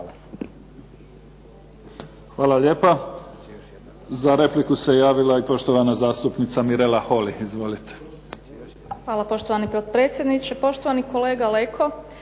Hvala lijepa. Za repliku se javila i poštovana zastupnica Mirela Holy. Izvolite. **Holy, Mirela (SDP)** Hvala poštovani potpredsjedniče. Poštovani kolega Leko,